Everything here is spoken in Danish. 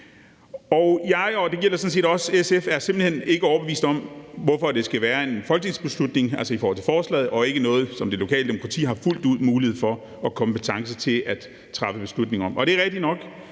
er simpelt hen ikke overbeviste om, hvorfor forslaget lægger op til en folketingsbeslutning og ikke til, at det er noget, som det lokale demokrati har fuldt ud mulighed for og kompetence til at træffe beslutning om. Det er rigtigt nok,